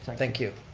thank you.